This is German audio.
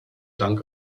dank